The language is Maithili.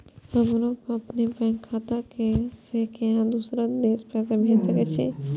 हमरो अपने बैंक खाता से केना दुसरा देश पैसा भेज सके छी?